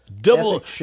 Double